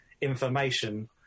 information